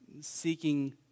seeking